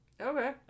Okay